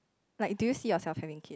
like do you see yourself having kid